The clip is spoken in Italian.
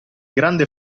grande